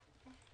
אין לכם כסף.